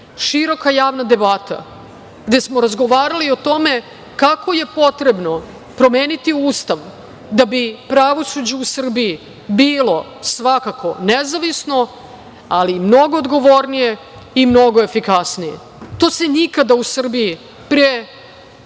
javna debata, gde smo razgovarali o tome kako je potrebno promeniti Ustav, da bi pravosuđe u Srbiji, bilo svakako, nezavisno, ali i mnogo odgovornije i mnogo efikasnije. To se nikada u Srbiji pre